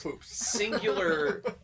singular